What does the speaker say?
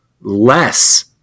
less